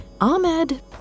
Ahmed